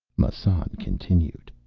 massan continued,